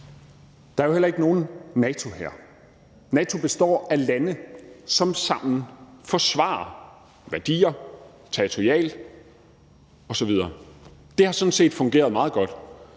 Der er jo heller ikke nogen NATO-hær. NATO består af lande, som sammen forsvarer værdier, territorialt osv. Det har sådan set fungeret meget godt.